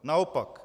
Naopak.